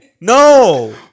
No